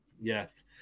Yes